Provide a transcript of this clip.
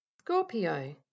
Scorpio